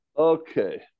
Okay